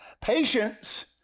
Patience